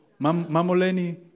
Mamoleni